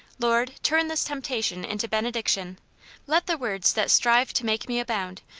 lord, turn this temptation into benediction let the words. that strive to make me abound,